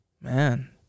Man